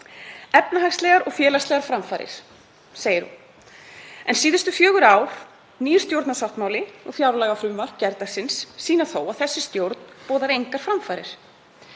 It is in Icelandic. Efnahagslegar og félagslegar framfarir, segir hún. En síðustu fjögur ár, nýr stjórnarsáttmáli og fjárlagafrumvarp gærdagsins sýna þó að þessi stjórn boðar engar framfarir.